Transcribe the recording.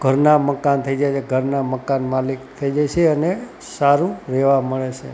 ઘરના મકાન થઈ જાય છે ઘરના મકાન માલિક થઈ જાય છે અને સારું રહેવા મળે છે